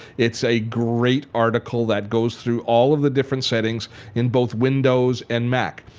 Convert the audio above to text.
it's a great article that goes through all of the different settings in both windows and mac.